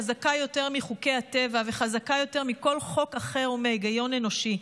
חזקה יותר מחוקי הטבע וחזקה יותר מכל חוק אחר ומההיגיון האנושי.